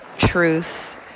truth